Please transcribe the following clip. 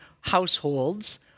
households